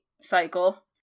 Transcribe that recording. cycle